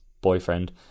boyfriend